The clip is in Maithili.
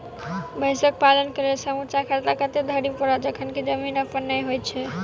भैंसक पालन केँ लेल समूचा खर्चा कतेक धरि पड़त? जखन की जमीन अप्पन नै होइत छी